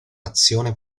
nazione